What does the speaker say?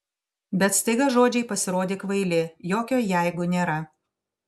bet staiga žodžiai pasirodė kvaili jokio jeigu nėra